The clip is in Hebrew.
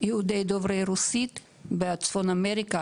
יהודי דובר רוסית בצפון אמריקה,